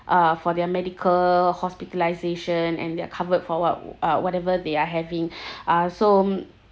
uh for their medical hospitalisation and they're covered for what uh whatever they are having uh so mm